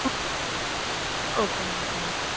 oh okay ma'am thank you